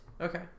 Okay